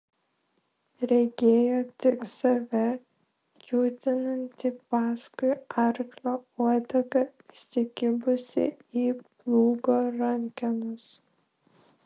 regėjo tik save kiūtinantį paskui arklio uodegą įsikibusį į plūgo rankenas